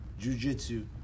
jujitsu